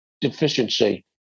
deficiency